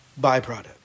byproduct